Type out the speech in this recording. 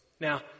Now